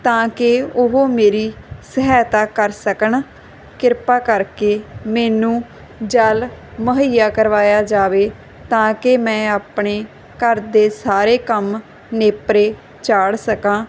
ਤਾਂ ਕਿ ਉਹ ਮੇਰੀ ਸਹਾਇਤਾ ਕਰ ਸਕਣ ਕਿਰਪਾ ਕਰਕੇ ਮੈਨੂੰ ਜਲ ਮੁਹਈਆ ਕਰਵਾਇਆ ਜਾਵੇ ਤਾਂ ਕਿ ਮੈਂ ਆਪਣੇ ਘਰ ਦੇ ਸਾਰੇ ਕੰਮ ਨੇਪਰੇ ਚਾੜ ਸਕਾਂ